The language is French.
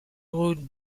road